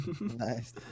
Nice